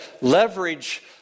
leverage